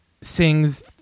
sings